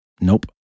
Nope